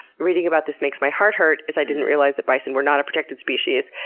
reading about this makes my heart hurt, as i didn't realize that bison were not a protected species.